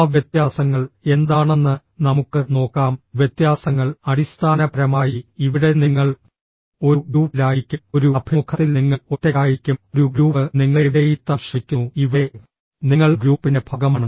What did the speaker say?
ആ വ്യത്യാസങ്ങൾ എന്താണെന്ന് നമുക്ക് നോക്കാം വ്യത്യാസങ്ങൾ അടിസ്ഥാനപരമായി ഇവിടെ നിങ്ങൾ ഒരു ഗ്രൂപ്പിലായിരിക്കും ഒരു അഭിമുഖത്തിൽ നിങ്ങൾ ഒറ്റയ്ക്കായിരിക്കും ഒരു ഗ്രൂപ്പ് നിങ്ങളെ വിലയിരുത്താൻ ശ്രമിക്കുന്നു ഇവിടെ നിങ്ങൾ ഗ്രൂപ്പിന്റെ ഭാഗമാണ്